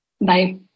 Bye